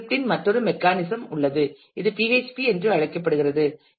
ஸ்கிரிப்ட்டின் மற்றொரு மெக்கானிசம் உள்ளது இது PHP என்றும் அழைக்கப்படுகிறது